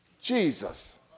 Jesus